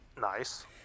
Nice